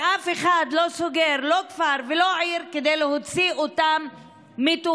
ואף אחד לא סוגר לא כפר ולא עיר כדי להוציא אותם מתוכנו